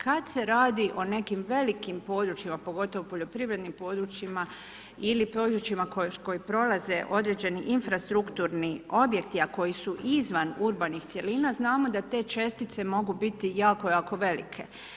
Kad se radi o nekim velikim područjima, pogotovo poljoprivrednim područjima ili područjima kroz koje prolaze određeni infrastrukturni objekti, a koji su izvan urbani cjelina, znamo da te čestice mogu biti jako, jako velike.